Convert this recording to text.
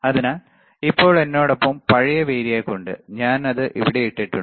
അതിനാൽ ഇപ്പോൾ എന്നോടൊപ്പം പഴയ വേരിയാക്ക് ഉണ്ട് ഞാൻ അത് ഇവിടെ ഇട്ടിട്ടുണ്ട്